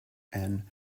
and